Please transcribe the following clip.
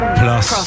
plus